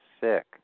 sick